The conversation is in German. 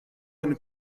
eine